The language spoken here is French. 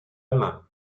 main